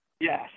Yes